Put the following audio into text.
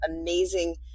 amazing